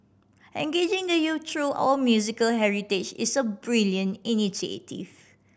engaging the youth through our musical heritage is a brilliant initiative